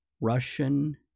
Russian